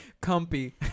comfy